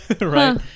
Right